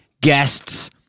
guests